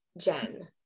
Jen